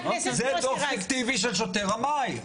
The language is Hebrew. זה דו"ח פיקטיבי של שוטר רמאי.